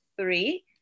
three